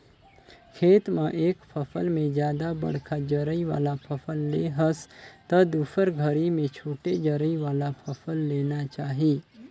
खेत म एक फसल में जादा बड़खा जरई वाला फसल ले हस त दुसर घरी में छोटे जरई वाला फसल लेना चाही